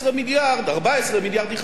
היא חבילה גדולה וקשה.